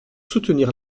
soutenir